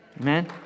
Amen